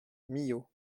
millau